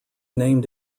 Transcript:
named